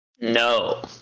No